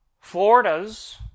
Florida's